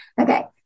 okay